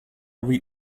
read